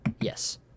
Yes